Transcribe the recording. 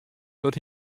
dat